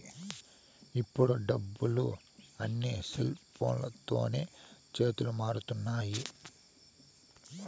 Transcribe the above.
ఇప్పుడు డబ్బులు అన్నీ సెల్ఫోన్లతోనే చేతులు మారుతున్నాయి